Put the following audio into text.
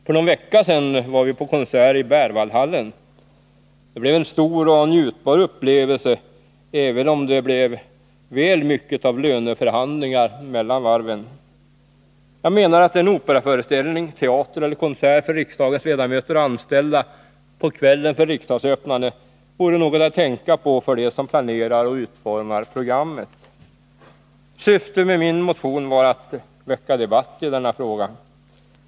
För någon vecka sedan var vi på konsert i Berwaldhallen. Det blev en stor och njutbar upplevelse, även om det blev väl mycket av löneförhandlingar mellan varven. Jag menar att en operaföreställning, teater eller konsert för riksdagens ledamöter och anställda på kvällen för riksmötesöppnandet vore något att tänka på för dem som planerar och utformar programmet. Syftet med min motion var att väcka debatt i denna fråga.